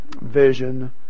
Vision